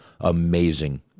amazing